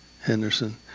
Henderson